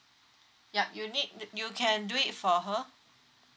yup you'll need y~ you can do it for her